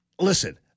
listen